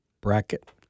Bracket